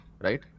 right